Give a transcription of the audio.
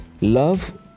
love